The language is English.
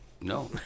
No